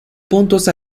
puntos